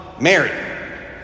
Mary